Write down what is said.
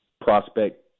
prospect